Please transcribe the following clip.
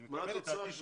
מה התוצאה של זה?